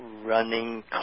running